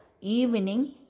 evening